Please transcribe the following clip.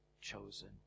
chosen